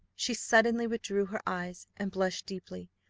she suddenly withdrew her eyes, and blushed deeply,